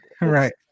right